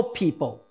people